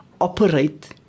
operate